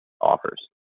offers